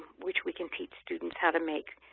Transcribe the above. which we can teach students how to make,